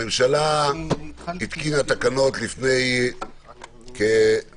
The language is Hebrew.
הממשלה התקינה תקנות ביום